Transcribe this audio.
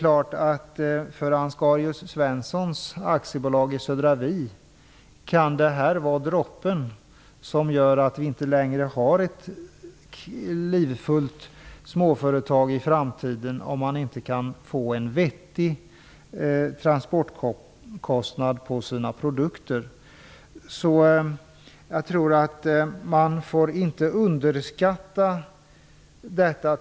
För Ansgarius Svensson AB i Södra Vi kan detta vara droppen som gör att vi inte längre har ett livfullt småföretag i framtiden om man inte kan få en vettig transportkostnad på sina produkter. Jag tror att man inte får underskatta detta.